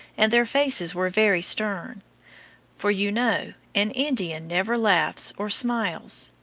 and their faces were very stern for, you know, an indian never laughs or smiles.